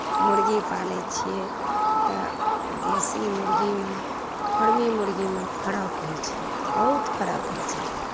मुर्गी पालैत छियै तऽ देशी मुर्गीमे फर्मी मुर्गीमे फरक होइत छै बहुत फरक होइत छै